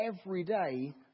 everyday